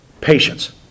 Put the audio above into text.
Patience